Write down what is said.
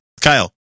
Kyle